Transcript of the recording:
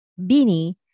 Beanie